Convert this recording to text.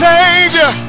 Savior